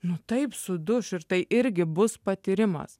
nu taip suduš ir tai irgi bus patyrimas